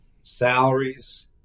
salaries